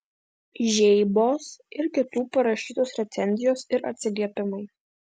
žeibos ir kitų parašytos recenzijos ir atsiliepimai